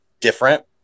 different